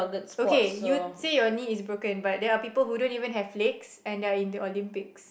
okay you say your knee is broken but there are people who don't even have legs and they're in the Olympics